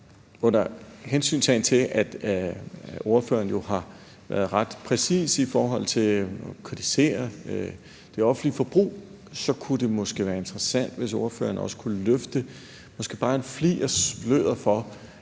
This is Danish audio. Under hensyntagen til at ordføreren jo har været ret præcis i forhold til at kritisere det offentlige forbrug, kunne det måske være interessant, hvis ordføreren også kunne løfte måske bare en flig af sløret for,